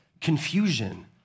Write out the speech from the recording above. confusion